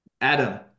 Adam